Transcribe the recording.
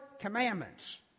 commandments